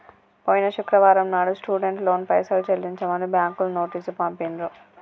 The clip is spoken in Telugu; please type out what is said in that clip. పోయిన శుక్రవారం నాడు స్టూడెంట్ లోన్ పైసలు చెల్లించమని బ్యాంకులు నోటీసు పంపిండ్రు